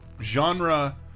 genre